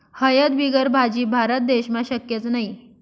हयद बिगर भाजी? भारत देशमा शक्यच नही